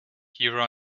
here